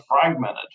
fragmented